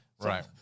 Right